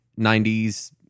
90s